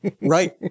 right